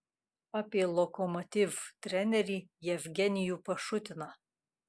apie lokomotiv trenerį jevgenijų pašutiną